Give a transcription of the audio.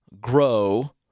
grow